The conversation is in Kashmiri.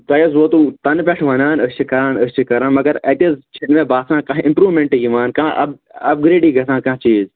تۄہہِ حظ ووٚتوٕ تَنہٕ پٮ۪ٹھٕ ونان أسۍ چھِ کَران أسۍ چھِ کَران مگر اَتہِ حظ چھِنہٕ مےٚ باسان کانٛہہ اِمپروٗمٮ۪نٛٹہٕ یِوان کانٛہہ اَپ گرٛیڈٕے گژھان کانٛہہ چیٖز